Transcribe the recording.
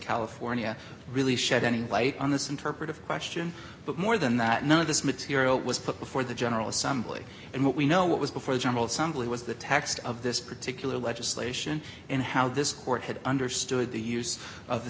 california really shed any light on this interpretive question but more than that none of this material was put before the general assembly and what we know what was before the general assembly was the text of this particular legislation and how this court had understood the use of the